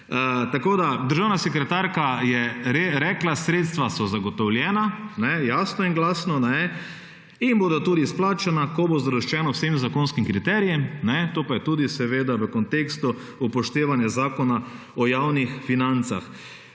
Tako, da državna sekretarka je rekla sredstva so zagotovljena, jasno in glasno in bodo tudi izplačana, ko bo zadoščeno vsem zakonskim kriterijem, to je pa tudi seveda v kontekstu upoštevanja zakona o javnih financah.